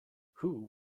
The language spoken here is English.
who